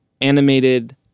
animated